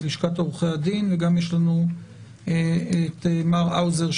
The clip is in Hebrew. את לשכת עורכי הדין וגם את מה האוזר,